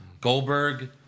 Goldberg